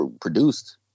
produced